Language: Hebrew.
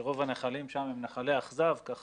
שרוב הנחלים הם נחלי אכזב כך